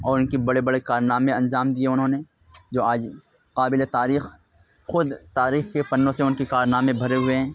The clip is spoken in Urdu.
اور ان کے بڑے بڑے کارنامے انجام دیے انہوں نے جو آج قابلِ تاریخ خود تاریخ کے پنّوں سے ان کے کارنامے بھرے ہوئے ہیں